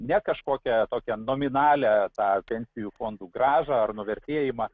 ne kažkokią tokią nominalią tą pensijų fondų grąža ar nuvertėjimą